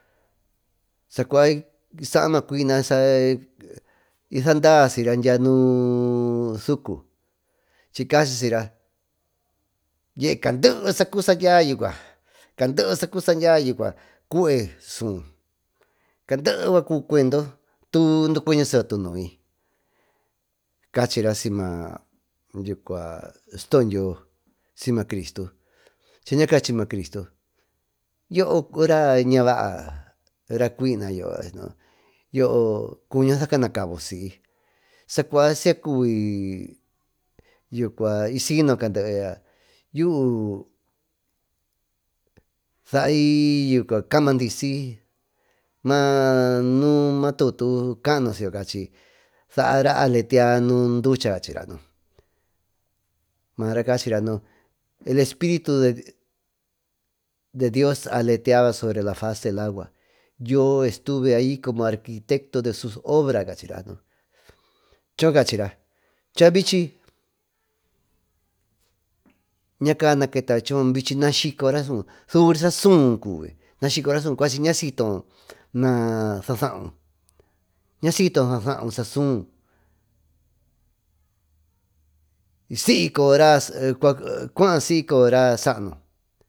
Sacua saa maa cuiyaca i saandaa sira dya ñuú suucu chicachi syira caandeery saa cubi saa dya yucua caanderycuby cuendo tuú ducueñe seetu nuy cachira siyma stodyo sima cristo chaña cachi i maá cristo yoo raa ñava cuina y yoo cuño saa canabo si socua saca cubi saaba isino yuú camaa dyisi ma nuú tutu caano siyo saara aletea nu ducha caa chira nu maara caachira el espíritu de dios aleteaba sobre la faz del agua yo estuve hay como arquitecto de su obra, cachira nuú chavichi ñacaa maleta vichi naa skicoro suú subiri saa suún cuvi cuachi ñaa siytoo sa saaun ña siyto sasau sasúun cua siy y coyo raa saanu.